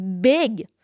Big